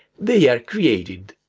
they are created,